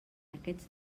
aquests